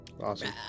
awesome